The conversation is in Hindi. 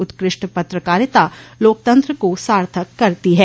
उत्कृष्ट पत्रकारिता लोकतंत्र को सार्थक करती है